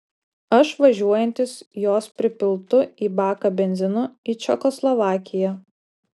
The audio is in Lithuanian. aš važiuojantis jos pripiltu į baką benzinu į čekoslovakiją